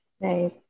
Right